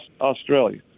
Australia